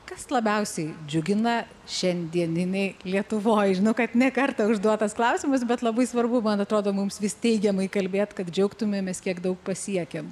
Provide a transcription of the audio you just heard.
kas labiausiai džiugina šiandieninėj lietuvoj žinau kad ne kartą užduotas klausimas bet labai svarbu man atrodo mums vis teigiamai kalbėt kad džiaugtumėmės kiek daug pasiekėm